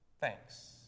Thanks